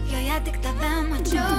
joje tik tave mačiau